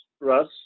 Russ